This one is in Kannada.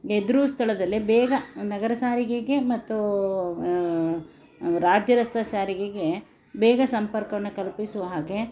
ಎದುರು ಸ್ಥಳದಲ್ಲೇ ಬೇಗ ನಗರ ಸಾರಿಗೆಗೆ ಮತ್ತು ರಾಜ್ಯ ರಸ್ತೆ ಸಾರಿಗೆಗೆ ಬೇಗ ಸಂಪರ್ಕವನ್ನು ಕಲ್ಪಿಸುವ ಹಾಗೆ